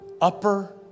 upper